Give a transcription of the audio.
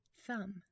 thumb